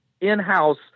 in-house